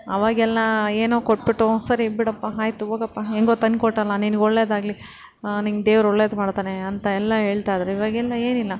ಅವಾಗೆಲ್ಲ ಏನೊ ಕೊಟ್ಬಿಟ್ಟು ಸರಿ ಬಿಡಪ್ಪ ಆಯಿತು ಹೋಗಪ್ಪ ಹೆಂಗೊ ತಂದು ಕೊಟ್ಟಲ್ಲ ನಿನಗೆ ಒಳ್ಳೇದಾಗಲಿ ನಿಂಗೆ ದೇವ್ರು ಒಳ್ಳೇದು ಮಾಡ್ತಾನೆ ಅಂತ ಎಲ್ಲ ಹೇಳ್ತಾಯಿದ್ದರು ಇವಾಗೆಲ್ಲ ಏನಿಲ್ಲ